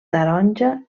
taronja